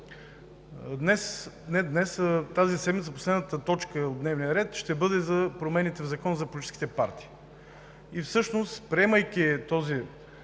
Тази седмица последната точка от дневния ред ще бъде за промените в Закона за политическите партии. Приемайки този